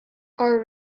our